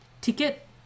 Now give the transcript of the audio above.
ticket